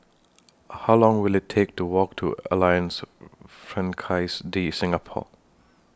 How Long Will IT Take to Walk to Alliance Francaise De Singapour